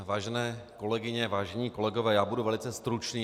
Vážené kolegyně, vážení kolegové, já budu velice stručný.